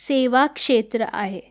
सेवा खेत्र आहे